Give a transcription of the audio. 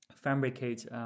fabricate